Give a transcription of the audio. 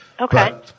okay